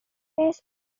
face